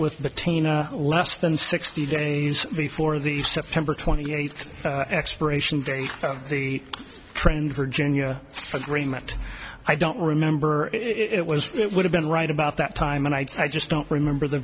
with the team less than sixty days before the september twenty eighth expiration date the trend virginia agreement i don't remember it was it would have been right about that time and i just don't remember the